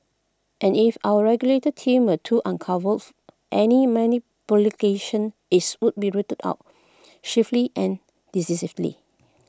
and if our regulatory team were to uncovers any many is would be rooted out swiftly and decisively